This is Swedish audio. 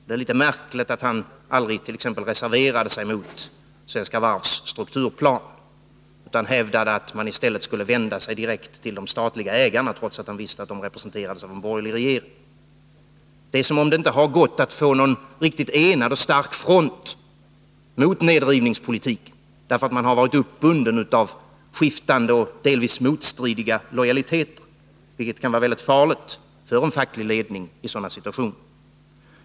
Det är litet märkligt att han aldrig reserverade sig mot Svenska Varvs strukturplan utan hävdade att man i stället skulle vända sig direkt till de statliga ägarna, trots att han visste att de representerades av en borgerlig regering. Det är som om det inte har gått att få någon riktigt enad och stark front mot nedrivningspolitiken därför att man har varit uppbunden av skiftande och delvis motstridiga lojaliteter, vilket kan vara mycket farligt för en facklig ledning i sådana situationer.